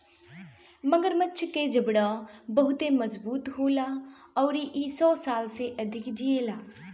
मगरमच्छ के जबड़ा बहुते मजबूत होला अउरी इ सौ साल से अधिक जिएला